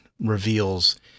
reveals